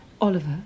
Oliver